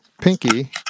Pinky